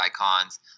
icons